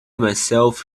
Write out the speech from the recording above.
myself